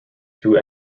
two